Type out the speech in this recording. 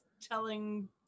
telling